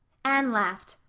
anne laughed.